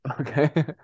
okay